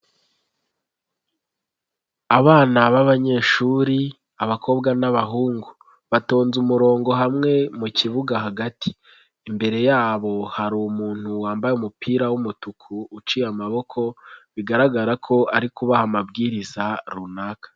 Abana b'abanyeshuri, abakobwa n'abahungu, batonze umurongo hamwe mu kibuga hagati, imbere yabo hari umuntu wambaye umupira w'umutuku uciye amaboko, bigaragara ko ari kubaha amabwiriza runaka.